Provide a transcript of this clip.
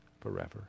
forever